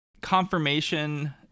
confirmation